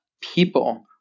People